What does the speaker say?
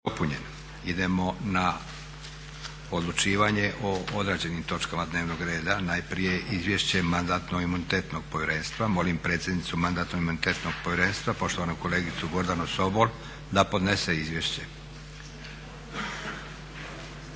Idemo na odlučivanje o odrađenim točkama dnevnog reda. Najprije izvješće Mandatno-imunitetnog povjerenstva. Molim predsjednicu Mandatno-imunitetnog povjerenstva poštovanu kolegicu Gordanu Sobol da podnese izvješće.